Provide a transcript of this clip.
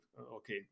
okay